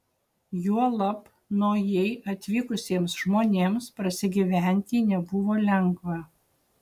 juolab naujai atvykusiems žmonėms prasigyventi nebuvo lengva